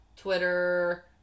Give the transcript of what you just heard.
Twitter